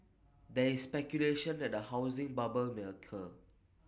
there is speculation that A housing bubble may occur